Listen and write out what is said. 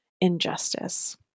injustice